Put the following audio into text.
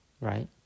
Right